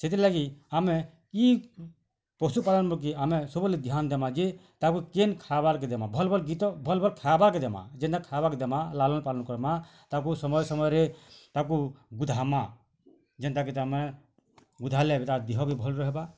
ସେଥିର୍ ଲାଗି ଆମେ ଇ ପଶୁ ପାଲନ୍ ଯୋଗେ ଆମେ ସବୁବେଲେ ଧ୍ୟାନ୍ ଦେମା ଯେ ତାକୁ କେନ୍ ଖାଇବାର୍ କେ ଦେମା ଭଲ୍ ଭଲ୍ ଗୀତ ଭଲ୍ ଭଲ୍ ଖାଇବାକେ ଦେମା ଯେନ୍ତା ଖାଇବାକେ ଦେମା ଲାଲନ୍ ପାଲନ୍ କର୍ମା ତାକୁ ସମୟ ସମୟରେ ତାକୁ ଗୁଧାମା ଯେନ୍ତା କି ତା'ର୍ ମାନେ ଗୁଧାଲେ ତାର୍ ଦିହ ବି ଭଲ୍ ରହେବା